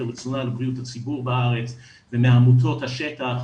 לתזונה ולבריאות הציבור בארץ ומעמותות השטח,